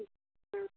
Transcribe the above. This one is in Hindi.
अच्छा